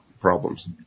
problems